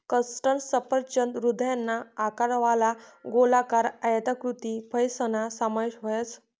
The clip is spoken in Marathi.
कस्टर्ड सफरचंद हृदयना आकारवाला, गोलाकार, आयताकृती फयसना समावेश व्हस